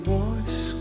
voice